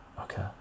okay